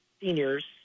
seniors